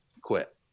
quit